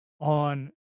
on